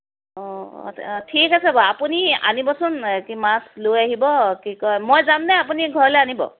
অঁ ঠিক আছে বাৰু আপুনি আনিবচোন কি মাছ লৈ আহিব কি কয় মই যাম নে আপুনি ঘৰলৈ আনিব